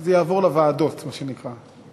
זה יעבור לוועדות, מה שנקרא.